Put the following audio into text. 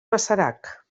masarac